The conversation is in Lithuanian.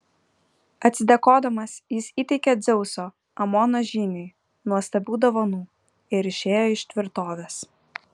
atsidėkodamas jis įteikė dzeuso amono žyniui nuostabių dovanų ir išėjo iš tvirtovės